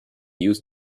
used